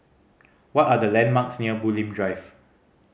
what are the landmarks near Bulim Drive